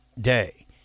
Day